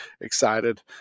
excited